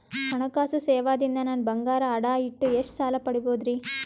ಹಣಕಾಸು ಸೇವಾ ದಿಂದ ನನ್ ಬಂಗಾರ ಅಡಾ ಇಟ್ಟು ಎಷ್ಟ ಸಾಲ ಪಡಿಬೋದರಿ?